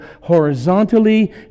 horizontally